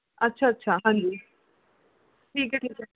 ਅੱਛਾ ਅੱਛਾ ਹਾਂਜੀ ਠੀਕ ਹੈ ਠੀਕ ਹੈ